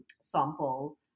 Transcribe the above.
sample